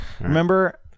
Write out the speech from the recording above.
Remember